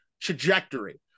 trajectory